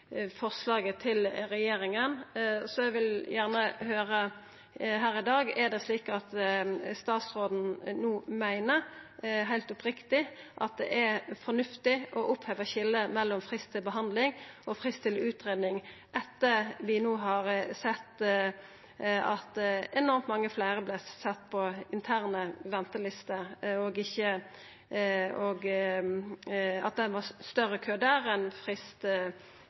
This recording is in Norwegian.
forslaget frå regjeringa, så eg vil gjerne høyra her i dag: Er det slik at statsråden no meiner, heilt oppriktig, at det er fornuftig å oppheva skiljet mellom frist til behandling og frist til utgreiing – etter at vi no har sett at enormt mange fleire vart sette på interne ventelister, og at det var større kø der enn til frist